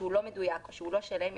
לא מדויק או לא שלם,